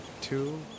two